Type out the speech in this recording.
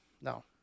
No